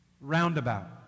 Roundabout